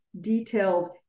details